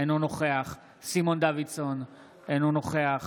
אינו נוכח סימון דוידסון, אינו נוכח